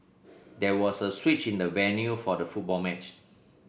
there was a switch in the venue for the football match